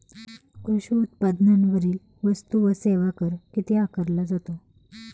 कृषी उत्पादनांवरील वस्तू व सेवा कर किती आकारला जातो?